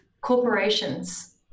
corporations